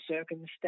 circumstance